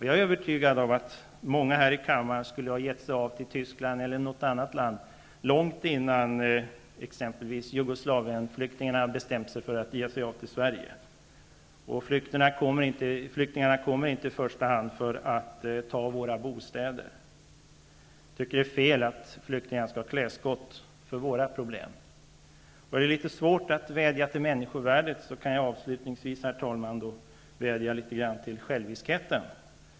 Jag är övertygad om att många här i kammaren skulle ha gett sig av till Tyskland eller något annat land långt tidigare än t.ex. flyktingarna från Jugoslavien bestämde sig för att ge sig av till Sverige. Flyktingarna kommer inte hit i första hand för att ta våra bostäder. Jag tycker att det är fel att flyktingar skall skall klä skott för våra problem. Om det är litet svårt att vädja till människovärdet kan jag avslutningsvis, herr talman, vädja litet grand till själviskheten.